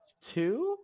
two